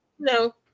No